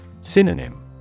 Synonym